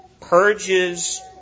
purges